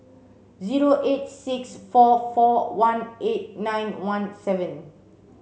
zero eight six four four one eight nine one seven